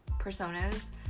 personas